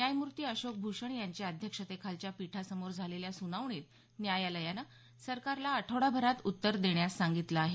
न्यायमूर्ती अशोक भूषण यांच्या अध्यक्षतेखालच्या पीठासमोर झालेल्या सुनावणीत न्यायालयानं सरकारला आठवडाभरात उत्तर देण्यास सांगितलं आहे